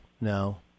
no